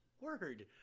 Word